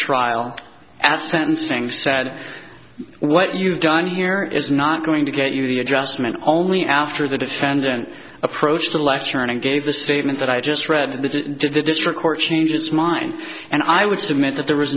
trial as sentencing said what you've done here is not going to get you the adjustment only after the defendant approached the left turn and gave the statement that i just read the did the district court change its mind and i would submit that there was